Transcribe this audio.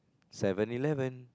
Seven Eleven